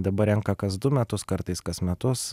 dabar renka kas du metus kartais kas metus